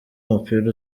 umupira